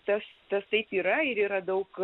tas tas taip yra ir yra daug